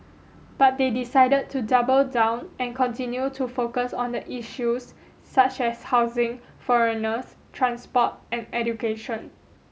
but they decided to double down and continue to focus on the issues such as housing foreigners transport and education